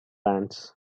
hands